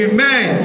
Amen